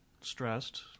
stressed